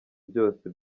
byose